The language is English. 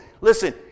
Listen